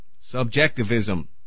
subjectivism